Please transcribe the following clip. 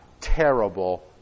terrible